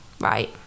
right